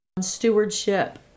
Stewardship